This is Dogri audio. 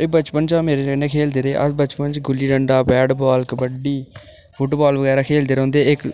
एह् बचपन शा मेरे कन्नै खेढदे रेह् अस बचपन च gulli danda bat ball kabaddi football बगैरा खेढदे रौंह्दे इक